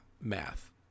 math